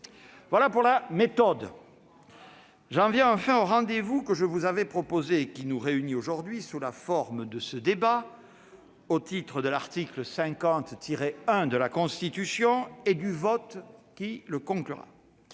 sont exprimées. J'en viens enfin au rendez-vous que je vous avais proposé et qui nous réunit aujourd'hui sous la forme de ce débat, en application de l'article 50-1 de la Constitution et du vote qui le conclura.